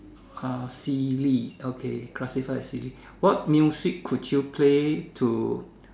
uh silly okay classified as silly what music could you play to